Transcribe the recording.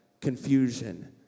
confusion